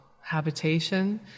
habitation